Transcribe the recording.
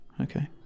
Okay